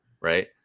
right